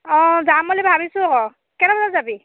অঁ যাম বুলি ভাবিছোঁ আকৌ কেইটা বজাত যাবি